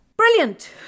Brilliant